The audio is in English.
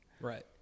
Right